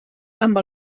amb